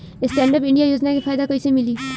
Stand up India योजना के फायदा कैसे मिली?